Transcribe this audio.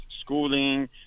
schooling